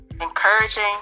encouraging